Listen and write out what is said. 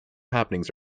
happenings